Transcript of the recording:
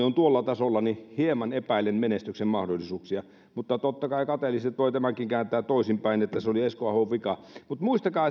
on tuolla tasolla niin hieman epäilen menestyksen mahdollisuuksia mutta totta kai kateelliset voivat tämänkin kääntää toisin päin että se oli esko ahon vika mutta muistakaa